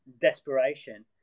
desperation